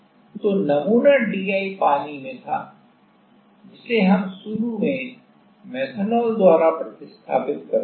तो नमूना DI पानी में था जिसे हम शुरू में मेथनॉल द्वारा प्रतिस्थापित करते हैं